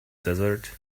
desert